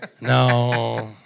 No